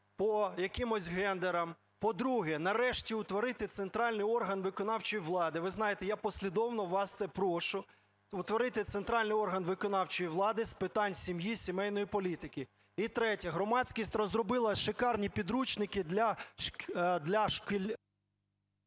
По-друге, нарешті утворити центральний орган виконавчої влади. Ви знаєте, я послідовно вас це прошу - утворити центральний орган виконавчої влади з питань сім'ї, сімейної політики. І третє. Громадськість розробила шикарні підручники для…